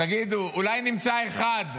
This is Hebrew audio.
תגידו, אולי נמצא אחד,